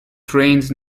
drains